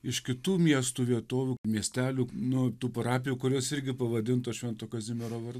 iš kitų miestų vietovių miestelių nu tų parapijų kurios irgi pavadintos švento kazimiero